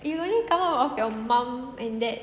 you only come out of your mum and dad